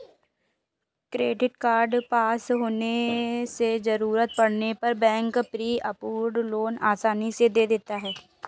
credit card पास होने से जरूरत पड़ने पर बैंक प्री अप्रूव्ड लोन आसानी से दे देता है